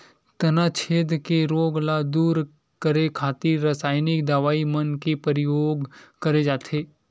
तनाछेद के रोग ल दूर करे खातिर रसाइनिक दवई मन के परियोग करे जाथे